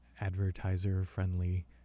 advertiser-friendly